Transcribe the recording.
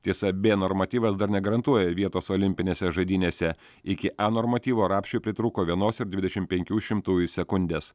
tiesa bė normatyvas dar negarantuoja vietos olimpinėse žaidynėse iki a normatyvo rapšiui pritrūko vienos ir dvidešimt penkių šimtųjų sekundės